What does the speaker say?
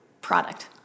product